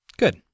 Good